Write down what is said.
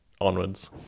onwards